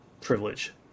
privilege